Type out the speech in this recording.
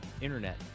internet